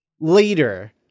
later